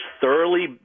thoroughly